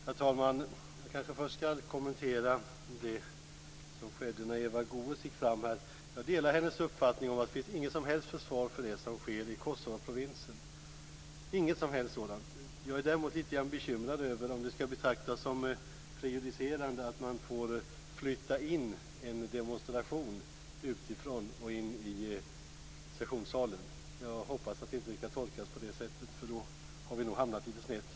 Herr talman! Jag kanske först skall kommentera det som skedde när Eva Goës gick fram här. Jag delar hennes uppfattning att det inte finns något som helst försvar för det som händer i Kosovaprovinsen. Jag är däremot litet bekymrad, om det skall betraktas som prejudicerande att man får flytta en demonstration utifrån in i sessionssalen. Jag hoppas att det inte skall tolkas på det sättet, därför att då har vi nog hamnat litet snett.